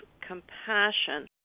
compassion